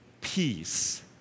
peace